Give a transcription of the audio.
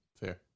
fair